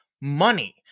Money